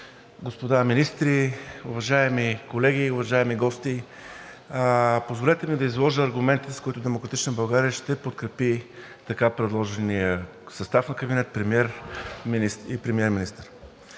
господа министри, уважаеми колеги, уважаеми гости! Позволете ми да изложа аргументите, с които „Демократична България“ ще подкрепи така предложения състав на кабинет – премиер и